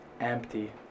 Empty